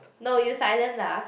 no you silent laugh